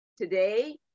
Today